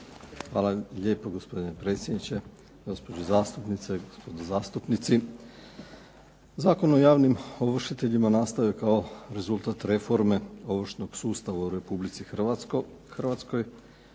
vam lijepo gospodine predsjedniče, gospođo zastupnice, gospodo zastupnici. Zakon o javnim ovršiteljima nastao je kao rezultat reforme ovršnog sustava u Republici Hrvatskoj.